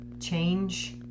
change